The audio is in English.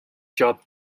job